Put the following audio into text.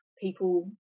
people